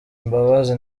imbabazi